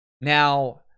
Now